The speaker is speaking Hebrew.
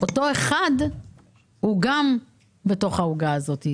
אותו אחד הוא גם בתוך העוגה הזאת,